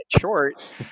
short